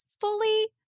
fully